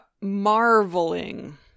marveling